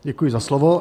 Děkuji za slovo.